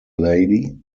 lady